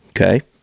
okay